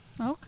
Okay